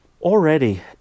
Already